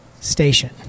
station